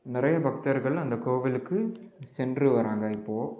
நிறைய பக்தர்கள் அந்த கோவிலுக்கு சென்று வராங்க இப்போது